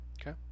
Okay